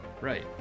Right